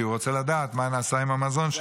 כי הוא רוצה לדעת מה נעשה עם המזון שלו.